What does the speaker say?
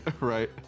right